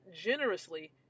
generously